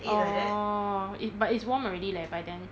orh eh but it's warm already leh by then